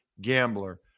Gambler